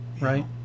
right